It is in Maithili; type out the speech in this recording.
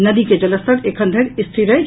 नदी के जलस्तर एखन धरि स्थिर अछि